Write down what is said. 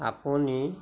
আপুনি